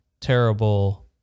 terrible